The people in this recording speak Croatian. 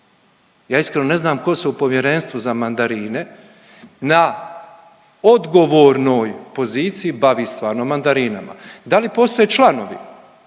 ja iskreno ne znam tko se u Povjerenstvu za mandarine na odgovornoj poziciji bavi stvarno mandarinama. Da li postoji članovi